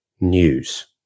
news